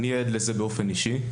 אני עד לזה באופן אישי.